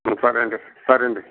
సరే అండి సరే అండి